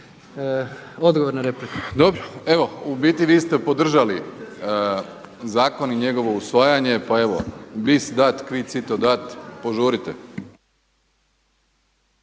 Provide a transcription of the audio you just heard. Andrej (HDZ)** Dobro, evo u biti vi ste podržali zakon i njegovo usvajanje pa evo bis dat qui cito dat požurite.